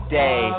day